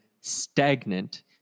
stagnant